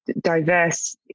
Diverse